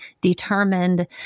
determined